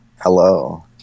Hello